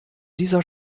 dieser